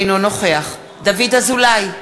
אינו נוכח דוד אזולאי,